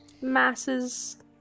masses